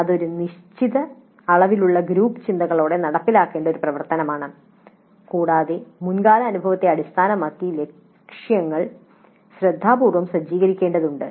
ഇത് ഒരു നിശ്ചിത അളവിലുള്ള ഗ്രൂപ്പ് ചിന്തകളോടെ നടപ്പിലാക്കേണ്ട ഒരു പ്രവർത്തനമാണ് കൂടാതെ മുൻകാല അനുഭവത്തെ അടിസ്ഥാനമാക്കി ലക്ഷ്യങ്ങൾ ശ്രദ്ധാപൂർവ്വം സജ്ജീകരിക്കേണ്ടതുണ്ട്